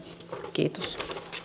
kiitos